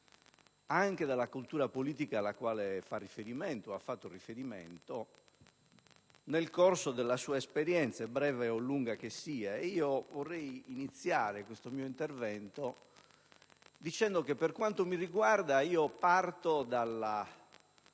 anche dalla cultura politica alla quale fa riferimento o ha fatto riferimento nel corso della sua esperienza, breve o lunga che sia. Vorrei iniziare questo mio intervento dicendo che, per quanto mi riguarda, parto da